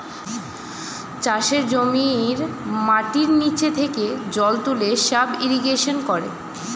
চাষের জমির মাটির নিচে থেকে জল তুলে সাব ইরিগেশন করে